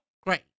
great